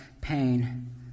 pain